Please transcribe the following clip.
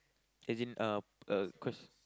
as in uh uh cause